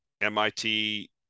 MIT